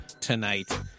tonight